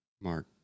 Mark